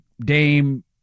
Dame